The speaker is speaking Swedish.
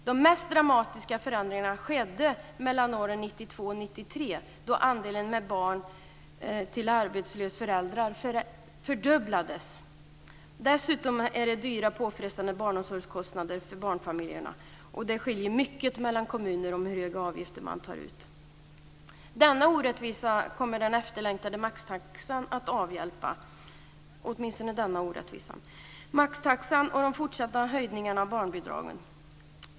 De mest dramatiska förändringarna skedde mellan åren 1992 och 1993, då andelen barn med arbetslösa föräldrar fördubblades. Dessutom är det dyra och påfrestande barnomsorgskostnader för barnfamiljerna. Det skiljer mycket mellan kommunerna i hur höga avgifter de tar ut. Åtminstone denna orättvisa kommer den efterlängtade maxtaxan och de fortsatta höjningarna av barnbidragen att avhjälpa.